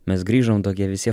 mes grįžom tokie visi